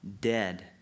dead